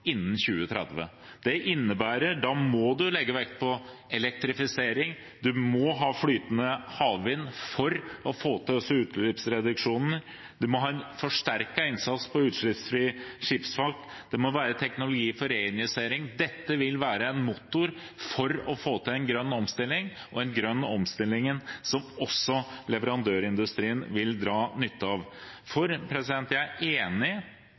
Det innebærer at en må legge vekt på elektrifisering, en må ha flytende havvind for å få til utslippsreduksjonene, en må ha forsterket innsats på utslippsfri skipsfart, det må være teknologi for reinvestering. Dette vil være en motor for å få til en grønn omstilling, en grønn omstilling som også leverandørindustrien vil dra nytte av. Jeg er enig i at for at vi i Norge hvor olje- og gassindustrien er